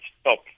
stop